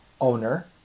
owner